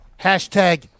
Hashtag